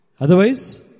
Otherwise